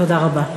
תודה רבה.